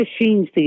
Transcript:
machines